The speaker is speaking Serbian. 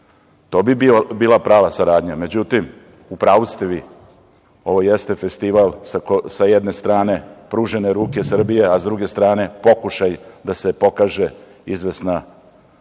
To bi bila prava saradnja.Međutim, u pravu ste vi, ovo jeste festival sa jedne strane pružene ruke Srbije, a s druge strane pokušaj da se pokaže izvesna kultura